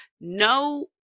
No